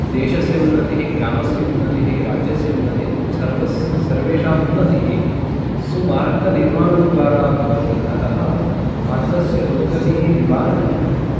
देशस्य उन्नतिः ग्रामस्य उन्नतिः राज्यस्य उन्नतिः एवं सर्व सर्वेषाम् उन्नतिः सुमार्गनिर्माणद्वारा भवति अतः मार्गस्य दुर्गतिः निवारणीया इति भाति